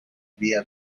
vía